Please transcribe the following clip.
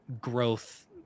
growth